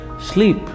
Sleep